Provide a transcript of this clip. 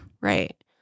right